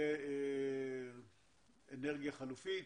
מהאנרגיה תהיה חלופית,